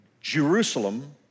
Jerusalem